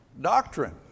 doctrine